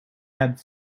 had